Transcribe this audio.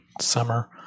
summer